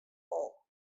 wol